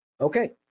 okay